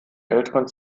älteren